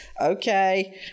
Okay